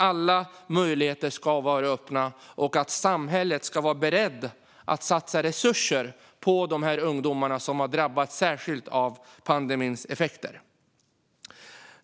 Alla möjligheter ska vara öppna, och samhället ska vara berett att satsa resurser på de ungdomar som har drabbats särskilt hårt av pandemins effekter.